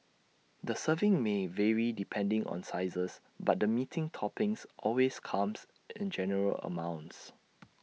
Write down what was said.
the serving may vary depending on sizes but the meaty toppings always comes in generous amounts